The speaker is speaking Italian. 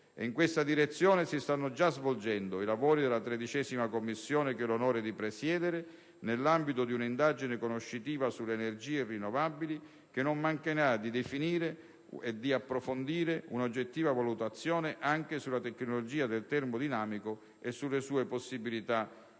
in questa direzione si stanno già svolgendo i lavori della 13a Commissione, che ho l'onore di presiedere, nell'ambito di un'indagine conoscitiva sulle energie rinnovabili, che non mancherà di approfondire una oggettiva valutazione anche sulla tecnologia del termodinamico e sulle sue possibilità di